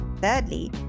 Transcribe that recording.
Thirdly